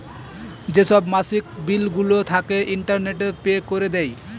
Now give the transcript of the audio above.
যেসব মাসিক বিলগুলো থাকে, ইন্টারনেটে পে করে দেয়